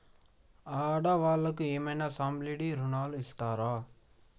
ఆడ వాళ్ళకు ఏమైనా సబ్సిడీ రుణాలు ఇస్తారా?